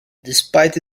despite